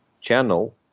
channel